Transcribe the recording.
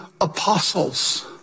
apostles